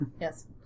Yes